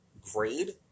grade